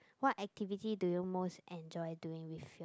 what activity do you most enjoy doing with your